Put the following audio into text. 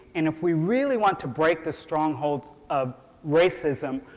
and if we really want to break the strongholds of racism,